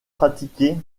pratiqué